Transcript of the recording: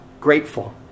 grateful